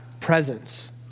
presence